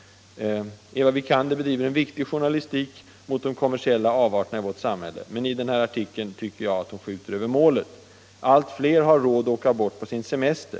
Eva Wikander bedriver en viktig journalistik mot de kommersiella avarterna i vårt samhälle. Men i sin senaste artikel tycker jag att hon skjuter över målet. Allt fler har råd att åka bort på sin semester.